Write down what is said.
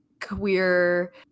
queer